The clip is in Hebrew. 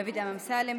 דוד אמסלם,